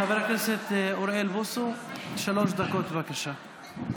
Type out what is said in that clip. חבר הכנסת אוריאל בוסו, שלוש דקות, בבקשה.